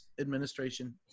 administration